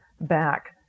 back